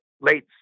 late